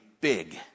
big